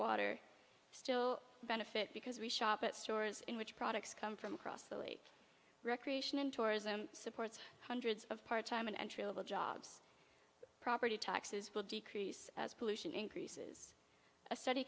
water still benefit because we shop at stores in which products come from across the lake recreation and tourism supports hundreds of part time and entry level jobs property taxes will decrease as pollution increases a study